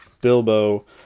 Bilbo